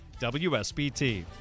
WSBT